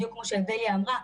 בדיוק כמו שאודליה אמרה,